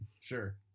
Sure